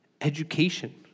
education